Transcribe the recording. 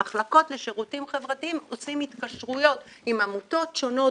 המחלקות לשירותים חברתיים עושים התקשרויות עם עמותות שונות